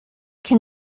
can